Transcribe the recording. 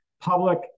public